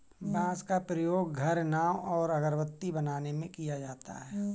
बांस का प्रयोग घर, नाव और अगरबत्ती बनाने में किया जाता है